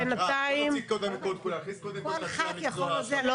וכמובן התוכנית השנתית צריכה להיות תוכנית